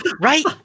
Right